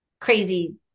crazy